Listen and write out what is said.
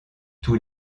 tous